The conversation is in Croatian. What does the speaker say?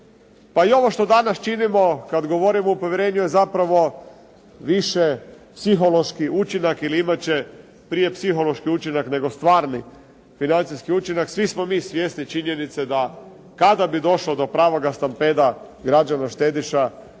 Pa i ovo što danas činimo kad govorimo o povjerenju je zapravo više psihološki učinak ili imati će prije psihološki učinak nego stvarni financijski učinak. Svi smo mi svjesni činjenice da kada bi došlo do pravoga stampeda građana štediša